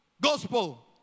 Gospel